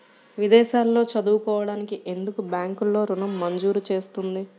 విదేశాల్లో చదువుకోవడానికి ఎందుకు బ్యాంక్లలో ఋణం మంజూరు చేస్తుంది?